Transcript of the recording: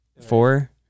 Four